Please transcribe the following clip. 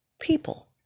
people